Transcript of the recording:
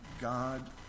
God